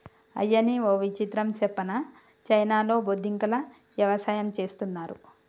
అయ్యనీ ఓ విచిత్రం సెప్పనా చైనాలో బొద్దింకల యవసాయం చేస్తున్నారు